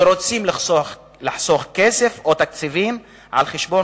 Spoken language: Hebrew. שרוצות לחסוך כסף או תקציבים על-חשבון